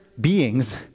beings